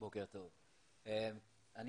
בוקר טוב, אני